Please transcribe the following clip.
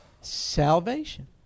salvation